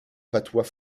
patois